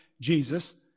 Jesus